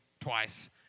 twice